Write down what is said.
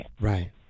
Right